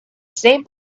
same